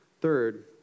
Third